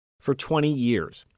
for twenty years,